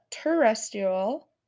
terrestrial